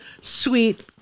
sweet